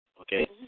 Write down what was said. okay